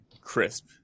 crisp